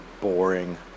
boring